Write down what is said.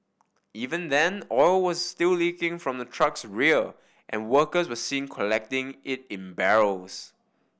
even then oil was still leaking from the truck's rear and workers were seen collecting it in barrels